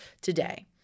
today